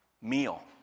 meal